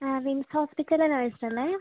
ആ വിങ്സ് ഹോസ്പിറ്റലിലേ നേഴ്സ് അല്ലേ